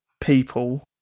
people